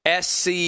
SC